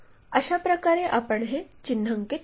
अशाप्रकारे आपण हे चिन्हांकित करतो